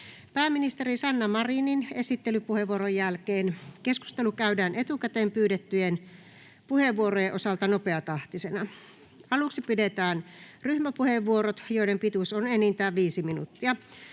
Pääministeri Sanna Marinin esittelypuheenvuoron jälkeen keskustelu käydään etukäteen pyydettyjen puheenvuorojen osalta nopeatahtisena. Aluksi pidetään ryhmäpuheenvuorot, joiden pituus on enintään 5 minuuttia.